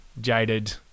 jaded